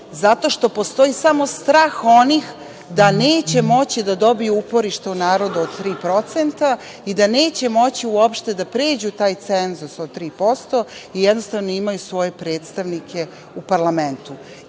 zato što postoji samo strah onih da neće moći da dobiju uporište u narodu od 3% i da neće moći uopšte da pređu taj cenzus od 3% i jednostavno imaju svoje predstavnike u parlamentu.